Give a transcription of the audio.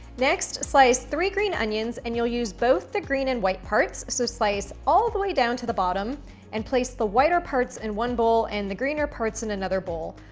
next, slice three green onions, and you'll use both the green and white parts, so slice all the way down to the bottom and place the whiter parts in one bowl and the greener parts in another bowl.